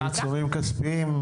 עיצומים כספיים,